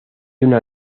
una